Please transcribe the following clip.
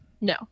no